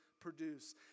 produce